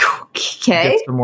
okay